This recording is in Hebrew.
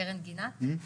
קרן גינת.